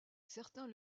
certains